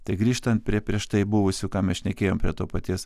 tai grįžtant prie prieš tai buvusių ką mes šnekėjom prie to paties